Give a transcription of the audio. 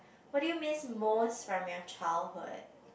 what do you miss most from your childhood